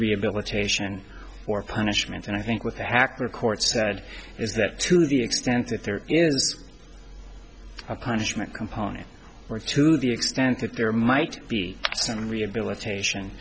rehabilitation for punishment and i think with the hacker court said is that to the extent that there is a punishment component or to the extent that there might be some rehabilitation